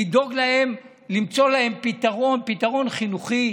לדאוג להם, למצוא להם פתרון, פתרון חינוכי.